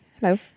hello